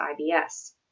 IBS